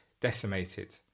decimated